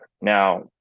Now